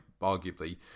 arguably